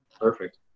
Perfect